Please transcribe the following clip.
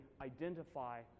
identify